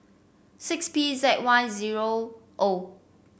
six P Z Y zero O